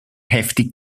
heftig